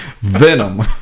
Venom